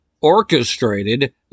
orchestrated